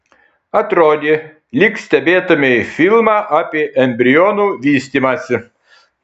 atrodė lyg stebėtumei filmą apie embrionų vystymąsi